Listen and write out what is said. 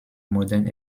modern